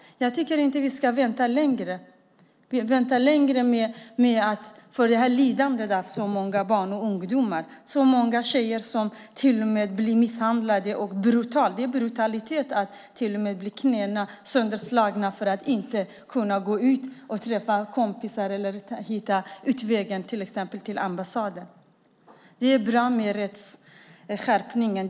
Jag tycker inte att vi ska vänta längre med tanke på det lidande det innebär för många barn och ungdomar. Många tjejer blir brutalt misshandlade. Det är fråga om brutalitet när knäna blir sönderslagna så att de inte ska kunna gå ut och träffa kompisar eller hitta en utväg, till exempel genom att gå till ambassaden. Det är bra med rättsskärpningen.